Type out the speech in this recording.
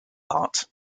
art